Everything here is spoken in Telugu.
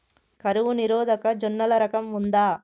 కరువు నిరోధక జొన్నల రకం ఉందా?